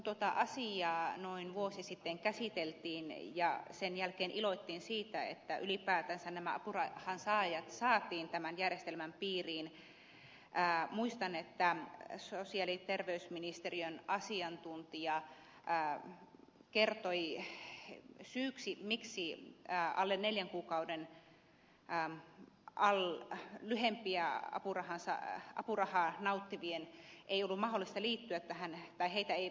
kun tuota asiaa noin vuosi sitten käsiteltiin ja sen jälkeen iloittiin siitä että ylipäätänsä nämä apurahansaajat saatiin tämän järjestelmän piiriin muistan että sosiaali ja terveysministeriön asiantuntija kertoi miksi neljää kuukautta lyhempää apurahaa nauttivia ei voitu ottaa mukaan tällä samalla nopeudella